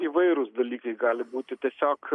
įvairūs dalykai gali būti tiesiog